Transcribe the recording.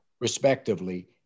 respectively